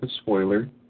spoiler